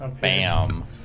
Bam